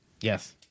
Yes